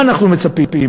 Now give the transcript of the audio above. מה אנחנו מצפים?